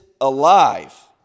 alive